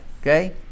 Okay